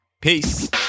Peace